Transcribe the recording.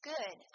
Good